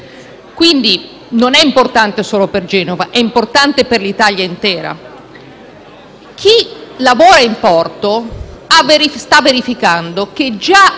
quindi non è importante solo per Genova, ma per l’Italia intera. Chi lavora in porto sta verificando che, già